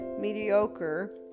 mediocre